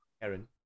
Karen